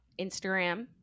Instagram